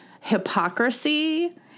hypocrisy